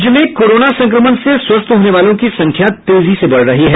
राज्य में कोरोना संक्रमण से स्वस्थ होने वालों की संख्या तेजी से बढ़ रही है